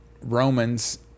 Romans